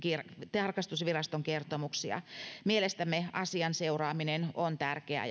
tarkastusviraston kertomuksia mielestämme asian seuraaminen on tärkeää